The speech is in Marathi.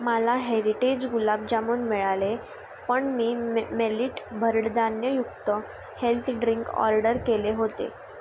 मला हेरिटेज गुलाबजामुन मिळाले पण मी मे मेलिट भरडधान्ययुक्त हेल्थ ड्रिंक ऑर्डर केले होते